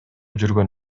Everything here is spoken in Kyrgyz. жүргөн